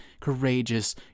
courageous